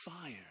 fire